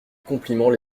compliment